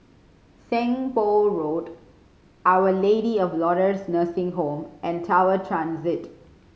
Seng Poh Road Our Lady of Lourdes Nursing Home and Tower Transit